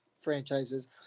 franchises